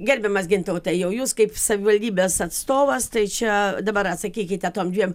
gerbiamas gintautai jau jūs kaip savivaldybės atstovas tai čia dabar atsakykite tom dviem